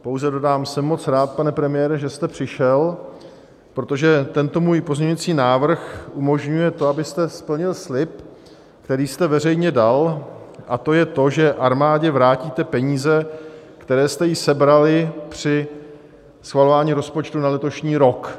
Pouze dodám, jsem moc rád, pane premiére, že jste přišel, protože tento můj pozměňovací návrh umožňuje to, abyste splnil slib, který jste veřejně dal, a to je to, že armádě vrátíte peníze, které jste jí sebrali při schvalování rozpočtu na letošní rok.